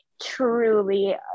truly